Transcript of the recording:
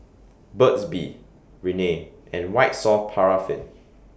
Burt's Bee Rene and White Soft Paraffin